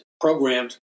programmed